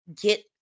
get